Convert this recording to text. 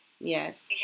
yes